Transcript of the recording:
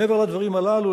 מעבר לדברים הללו,